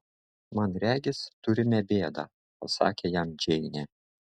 man regis turime bėdą pasakė jam džeinė